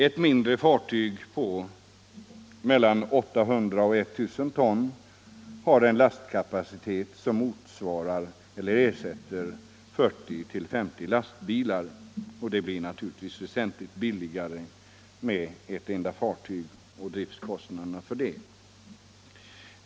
Ett mindre fartyg på 800-1 000 tons lastkapacitet kan på en resa ersätta 40-50 lastbilar. Det blir naturligtvis mycket billigare driftkostnader för ett enda fartyg.